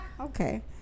okay